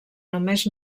només